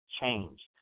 change